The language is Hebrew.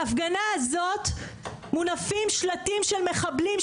בהפגנה הזאת מונפים שלטים של מחבלים,